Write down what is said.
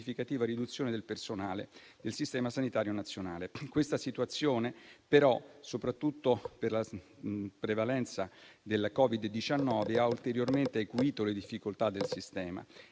riduzione del personale del sistema sanitario nazionale. Questa situazione, però, soprattutto per la prevalenza del Covid-19, ha ulteriormente acuito le difficoltà del sistema,